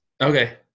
Okay